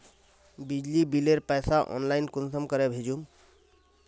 बिजली बिलेर पैसा ऑनलाइन कुंसम करे भेजुम?